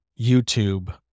YouTube